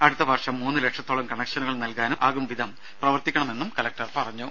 അടുത്ത വർഷം മൂന്ന് ലക്ഷത്തോളം കണക്ഷനുകൾ നൽകാനാകും വിധം പ്രവർത്തിക്കണം എന്നും കലക്ടർ പറഞ്ഞു